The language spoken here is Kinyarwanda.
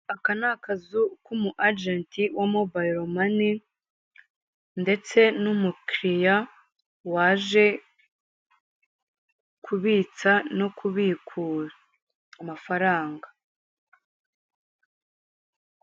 Aka ni akazu k'umu ajenti wa mobayilo mani ndetse n'umukiriya waje kubitsa no kubikura amafaranga.